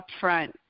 upfront